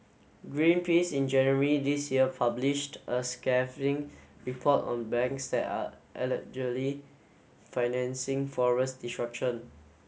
Greenpeace in January this year published a scathing report on banks that are allegedly financing forest destruction